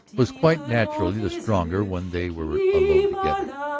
was quite naturally the stronger when they were alone together.